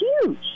huge